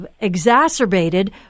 exacerbated